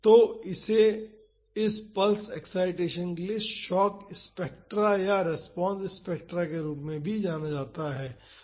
तो इसे इस पल्स एक्साइटेसन के लिए शॉक स्पेक्ट्रा या रेस्पॉन्स स्पेक्ट्रा के रूप में भी जाना जाता है